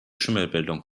schimmelbildung